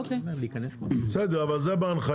אוקיי בסדר, אבל זה בהנחיות.